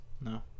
No